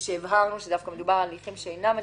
שהבהרנו שמדובר על מקרים שאינם פליליים.